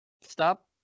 stop